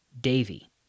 Davy